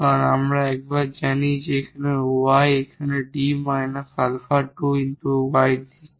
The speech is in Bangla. কারণ একবার আমরা জানি যে এই y এখানে 𝐷 𝛼2 𝑦 0 দিচ্ছে